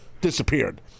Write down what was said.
disappeared